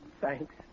Thanks